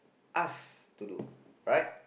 us to do right